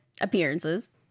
appearances